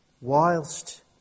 whilst